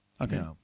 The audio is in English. Okay